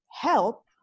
help